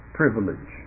privilege